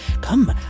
Come